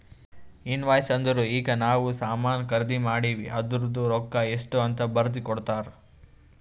invoice ಅಂದುರ್ ಈಗ ನಾವ್ ಸಾಮಾನ್ ಖರ್ದಿ ಮಾಡಿವ್ ಅದೂರ್ದು ರೊಕ್ಕಾ ಎಷ್ಟ ಅಂತ್ ಬರ್ದಿ ಕೊಡ್ತಾರ್